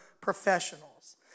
professionals